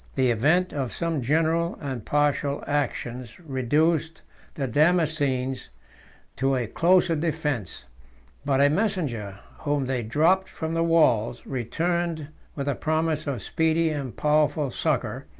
the event of some general and partial actions reduced the damascenes to a closer defence but a messenger, whom they dropped from the walls, returned with the promise of speedy and powerful succor,